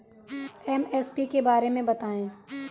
MSP के बारे में बतायें?